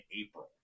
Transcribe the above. April